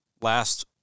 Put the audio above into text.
last